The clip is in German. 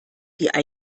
die